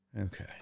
Okay